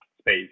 space